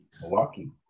Milwaukee